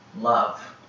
Love